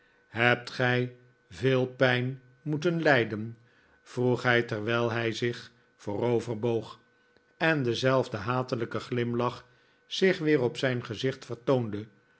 hebt gij veel pijn moeten lijden vroeg hij terwijl hij zich vooroverboog en dezelfde hatelijke glimlach zich weer op zijn gezicht vertoonde